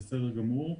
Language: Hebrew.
זה בסדר גמור.